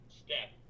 step